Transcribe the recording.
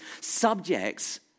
subjects